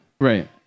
Right